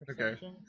Okay